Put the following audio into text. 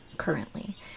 currently